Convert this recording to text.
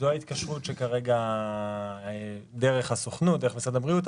זו ההתקשרות שכרגע דרך הסוכנות,